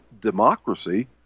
democracy